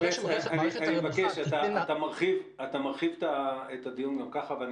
אני מבקש, אתה מרחיב את הדיון גם כך.